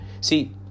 See